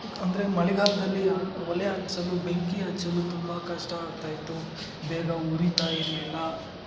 ಅಂದರೆ ಮಳೆಗಾಲದಲ್ಲಿಯ ಒಲೆ ಹಚ್ಚಲು ಬೆಂಕಿ ಹಚ್ಚಲು ತುಂಬ ಕಷ್ಟ ಆಗ್ತಾಯಿತ್ತು ಬೇಗ ಉರಿತಾ ಇರಲಿಲ್ಲ